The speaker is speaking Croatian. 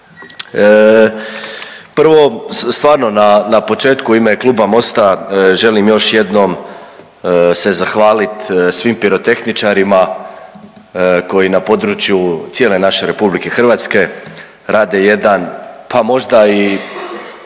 Prvo, stvarno na, na početku u ime Kluba Mosta želim još jednom se zahvalit svim pirotehničarima koji na području cijele naše RH rade jedan, pa možda i